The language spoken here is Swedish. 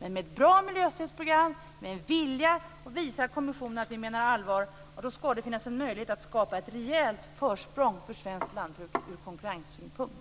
Men med ett bra miljöstödsprogram och med en vilja att visa kommissionen att vi menar allvar ska det finnas en möjlighet att skapa ett rejält försprång för svenskt lantbruk från konkurrenssynpunkt.